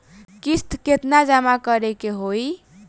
किस्त केतना जमा करे के होई?